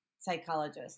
psychologist